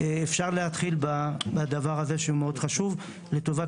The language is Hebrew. אפשר להתחיל בדבר הזה שהוא מאוד חשוב לטובת